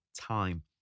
time